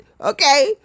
okay